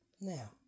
Now